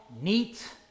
neat